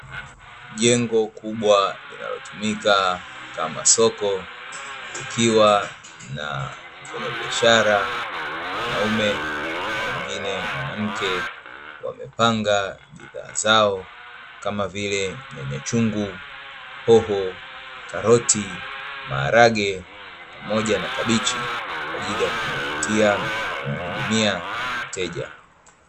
Jengo kubwa linalotumika kama soko, likiwa na wafanyabiashara wanaume na mwingine mwanamke, wamepanga bidhaa zao kama vile: nyanya chungu, hoho, karoti , maharage pamoja na kabichi kwa ajili ya kumvutia na kumhudumia mteja.